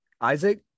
Isaac